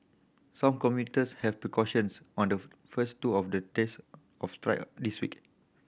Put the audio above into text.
some commuters have took cautions on the first two of the days of strike on this week